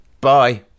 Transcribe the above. bye